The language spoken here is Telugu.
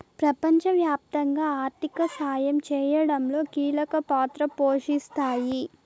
ప్రపంచవ్యాప్తంగా ఆర్థిక సాయం చేయడంలో కీలక పాత్ర పోషిస్తాయి